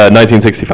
1965